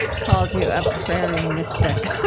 called you a prairie mystic